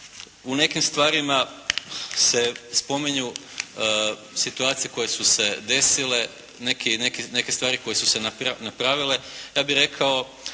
u nekim stvarima se spominju situacije koje su se desile, neke stvari koje su se napravile, ja bih rekao